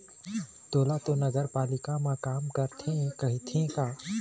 तोला तो नगरपालिका म काम करथे कहिथे का?